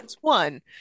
one